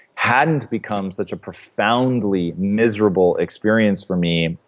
hadn't become such a profoundly miserable experience for me,